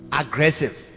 aggressive